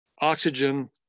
oxygen